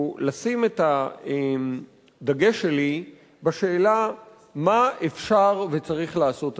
או לשים את הדגש בשאלה מה אפשר וצריך לעשות היום.